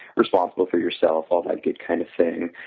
responsible for yourself, all that good kind of thing.